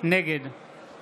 נגד